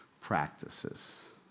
practices